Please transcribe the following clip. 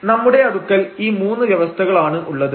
നമ്മുടെ അടുക്കൽ ഈ മൂന്ന് വ്യവസ്ഥകളാണ് ഉള്ളത്